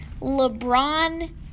LeBron